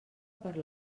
per